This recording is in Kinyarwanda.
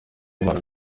abantu